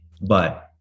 but-